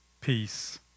peace